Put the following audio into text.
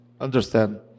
understand